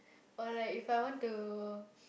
or like if I want to